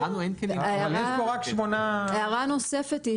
הערה נוספת.